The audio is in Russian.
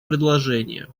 предложение